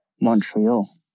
montreal